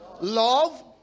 Love